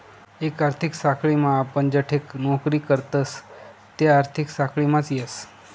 एक आर्थिक साखळीम आपण जठे नौकरी करतस ते आर्थिक साखळीमाच येस